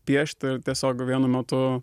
piešt ir tiesiog vienu metu